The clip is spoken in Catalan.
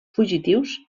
fugitius